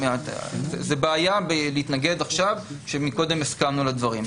זו בעיה להתנגד עכשיו, כשקודם הסכמנו על הדברים.